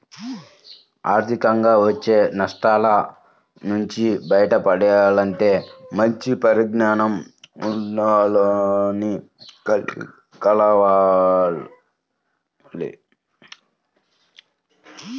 ఆర్థికంగా వచ్చే నష్టాల నుంచి బయటపడాలంటే మంచి పరిజ్ఞానం ఉన్నోల్లని కలవాలి